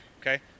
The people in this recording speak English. okay